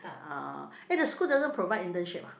ah eh the school doesn't provide internship ah